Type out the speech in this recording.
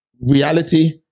reality